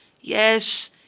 yes